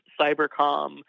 Cybercom